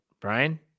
Brian